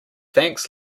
thanks